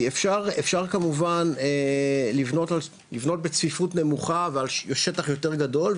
כי אפשר כמובן לבנות בצפיפות נמוכה ועל שטח יותר גדול,